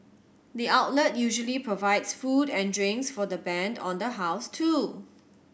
the outlet usually provides food and drinks for the band on the house too